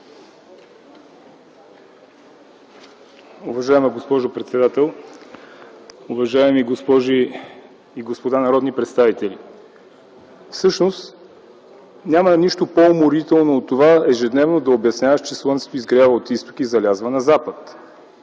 Уважаема госпожо председател, уважаеми госпожи и господа народни представители! Всъщност няма нищо по-уморително от това ежедневно да обясняваш, че слънцето изгрява от изток и залязва на запад.